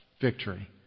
victory